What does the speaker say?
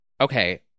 Okay